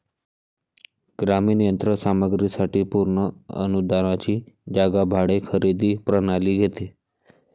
ग्रामीण यंत्र सामग्री साठी पूर्ण अनुदानाची जागा भाडे खरेदी प्रणाली घेते